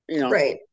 Right